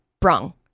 brung